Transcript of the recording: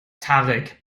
tarek